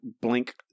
blink